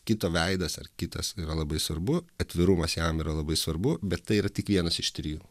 kito veidas ar kitas yra labai svarbu atvirumas jam yra labai svarbu bet tai yra tik vienas iš trijų